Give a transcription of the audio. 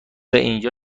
اینجا